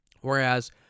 whereas